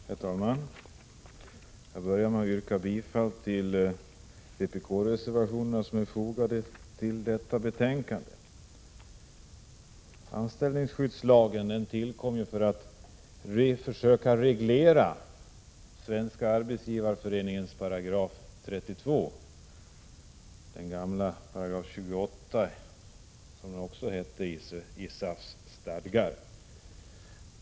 Herr talman! Jag börjar med att yrka bifall till de vpk-reservationer som är fogade till betänkandet. Anställningsskyddslagen tillkom därför att man ville försöka modifiera Svenska arbetsgivareföreningens § 32-— eller den gamla § 28, som den hette i SAF:s stadgar.